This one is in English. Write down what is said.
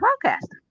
broadcast